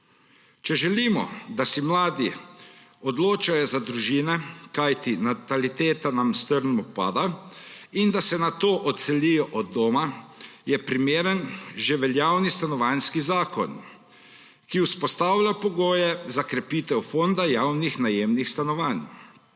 Če želimo, da se mladi odločajo za družine, kajti nataliteta nam strmo pada, in da se nato odselijo od doma, je primeren že veljavni Stanovanjski zakon, ki vzpostavlja pogoje za krepitev fonda javnih najemnih stanovanj.